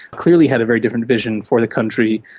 clearly had a very different vision for the country.